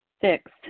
Six